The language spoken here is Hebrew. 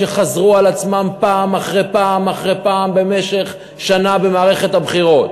שחזרו על עצמן פעם אחרי פעם אחרי פעם במשך שנה ובמערכת הבחירות,